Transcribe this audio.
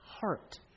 heart